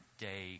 day